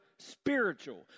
spiritual